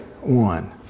one